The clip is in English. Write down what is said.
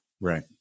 right